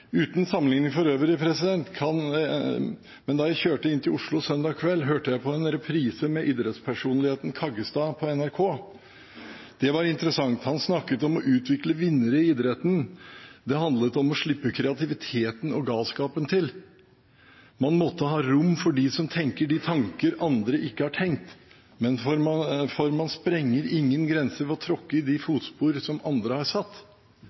Uten sammenligning før øvrig: Da jeg kjørte inn til Oslo søndag kveld, hørte jeg på en reprise med idrettspersonligheten Kaggestad på NRK. Det var interessant. Han snakket om å utvikle vinnere i idretten. Det handlet om å slippe kreativiteten og galskapen til; man måtte ha rom for dem som tenker de tanker andre ikke har tenkt, for man sprenger ingen grenser ved å tråkke i de fotspor som andre har satt.